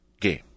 game